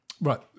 Right